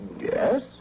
yes